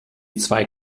zwei